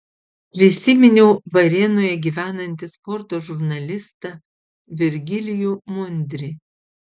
prisiminiau varėnoje gyvenantį sporto žurnalistą virgilijų mundrį